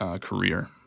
career